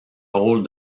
rôle